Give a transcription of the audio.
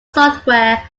software